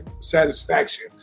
satisfaction